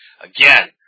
Again